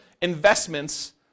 investments